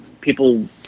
people